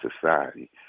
society